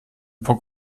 puck